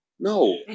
No